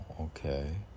okay